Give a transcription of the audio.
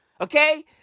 okay